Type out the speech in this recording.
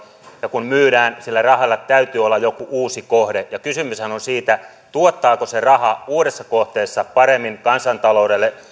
ja kun myydään sille rahalle täytyy olla joku uusi kohde kysymyshän on siitä tuottaako se raha uudessa kohteessa paremmin kansantaloudelle